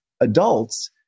adults